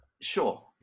Sure